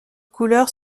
couleurs